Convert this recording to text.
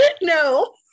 No